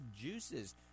juices